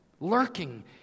lurking